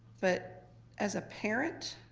but as a parent,